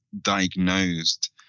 diagnosed